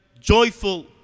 Joyful